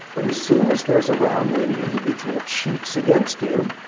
but as soon as there is a round where the individual cheats against you,